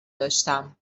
داشتم